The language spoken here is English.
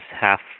half